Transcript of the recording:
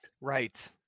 Right